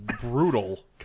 Brutal